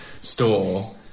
store